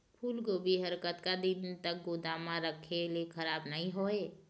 फूलगोभी हर कतका दिन तक गोदाम म रखे ले खराब नई होय?